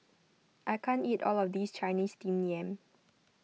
I can't eat all of this Chinese Steamed Yam